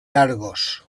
argos